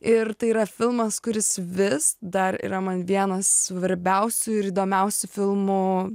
ir tai yra filmas kuris vis dar yra man vienas svarbiausių ir įdomiausių filmų